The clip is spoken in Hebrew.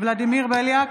ולדימיר בליאק,